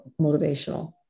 motivational